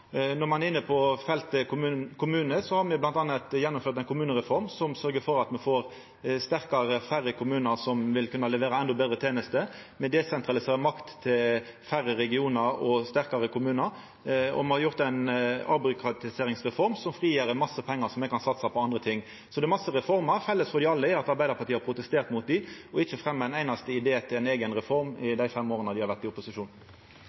Når ein er inne på feltet kommune: Me har bl.a. gjennomført ei kommunereform som sørgjer for at me får sterkare og færre kommunar, som vil kunna levera endå betre tenester. Me desentraliserer makt til færre regionar og sterkare kommunar, og me har hatt ei avbyråkratiseringsreform, som frigjer mange pengar, slik at me kan satsa på andre ting. Så det er mange reformer. Felles for dei alle er at Arbeidarpartiet har protestert mot dei – og ikkje har fremja ein einaste idé til ei eiga reform i dei fem åra dei har vore i opposisjon.